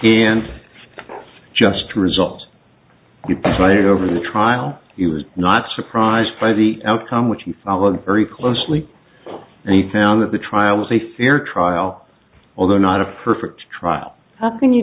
and just results right over the trial he was not surprised by the outcome which he followed very closely and he found that the trial was a fair trial although not a perfect trial how can you